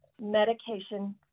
medication